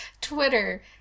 Twitter